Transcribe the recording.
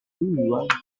burbuilan